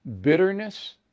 bitterness